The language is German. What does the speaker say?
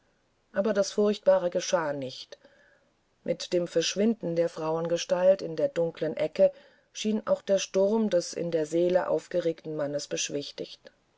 aber das furchtbare geschah nicht mit dem verschwinden der frauengestalt in der dunklen ecke schien auch der sturm des in der seele aufgeregten mannes beschwichtigt